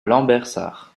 lambersart